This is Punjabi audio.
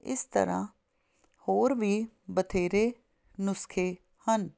ਇਸ ਤਰ੍ਹਾਂ ਹੋਰ ਵੀ ਬਥੇਰੇ ਨੁਸਖੇ ਹਨ